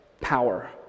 power